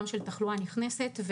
גם של תחלואה נכנסת,